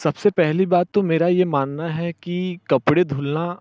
सबसे पहली बात तो मेरा ये मानना है कि कपड़े धुलना